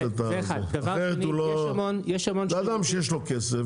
זה אדם שיש לו כסף,